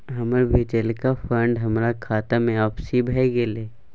हमर भेजलका फंड हमरा खाता में आपिस भ गेलय